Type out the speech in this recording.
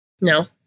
No